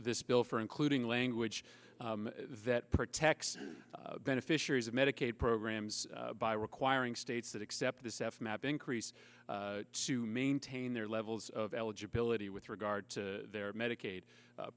this bill for including language that protects beneficiaries of medicaid programs by requiring states that accept this f map increase to maintain their levels of eligibility with regard to their medicaid